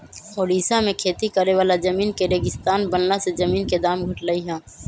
ओड़िशा में खेती करे वाला जमीन के रेगिस्तान बनला से जमीन के दाम घटलई ह